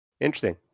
interesting